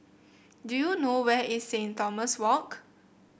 do you know where is Saint Thomas Walk